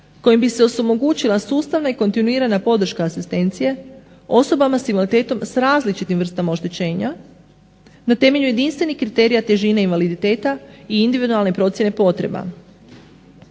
kojim bi se omogućila sustavna i kontinuirana podrška asistencije osobama sa invaliditetom sa različitim vrstama oštećenja na temelju jedinstvenih kriterija težine invaliditeta i individualne procjene potreba.